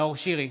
נאור שירי,